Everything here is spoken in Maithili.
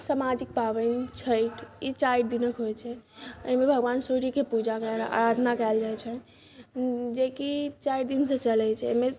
सामाजिक पाबनि छठि ई चारि दिनक होइत छै एहिमे भगवान सूर्यके पूजामे आराधना कयल जाइत छनि जेकि चारि दिनसँ चलैत छै एहिमे